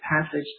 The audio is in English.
passage